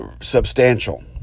substantial